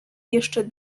jeszcze